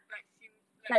like sim~ like